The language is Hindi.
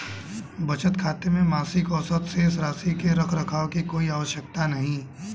बचत खाते में मासिक औसत शेष राशि के रख रखाव की कोई आवश्यकता नहीं